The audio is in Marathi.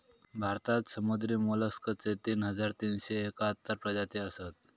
भारतात समुद्री मोलस्कचे तीन हजार तीनशे एकाहत्तर प्रजाती असत